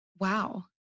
Wow